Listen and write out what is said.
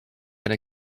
been